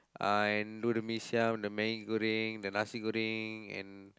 and do the mee-siam the Maggi-Goreng the nasi-goreng and